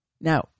Now